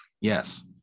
Yes